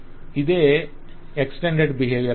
ఇదే extend behaviour అంటే